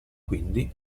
quindi